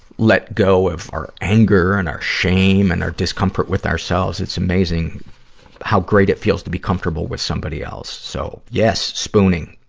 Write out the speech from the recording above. let go of our anger and our shame and our discomfort with ourselves. it's amazing how great it feels to be comfortable with somebody else. so, yes, spooning.